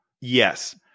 Yes